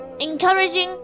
encouraging